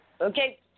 Okay